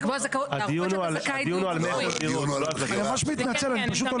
הדיון על מכר דירות, לא